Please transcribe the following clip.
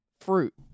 fruit